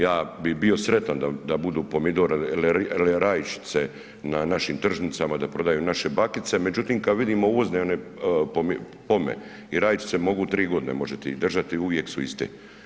Ja bih bio sretan da budu pomidore ili rajčice na našim tržnicama da prodaju naše bakice, međutim kada vidimo uvozne one pome i rajčice mogu 3 godine, možete ih držati, uvijek su iste.